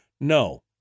no